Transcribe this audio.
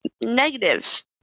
negative